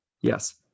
Yes